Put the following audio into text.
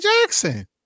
Jackson